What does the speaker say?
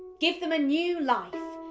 give them a new life.